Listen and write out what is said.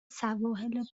سواحل